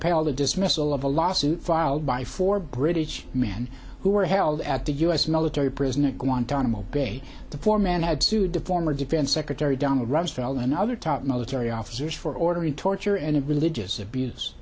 the dismissal of a lawsuit filed by four british men who were held at the u s military prison at guantanamo bay the four men had sued to former defense secretary donald rumsfeld and other top military officers for ordering torture and it religious abuse